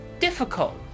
difficult